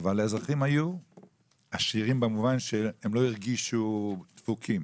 אבל האזרחים היו עשירים במובן שהם לא הרגישו דפוקים.